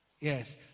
Yes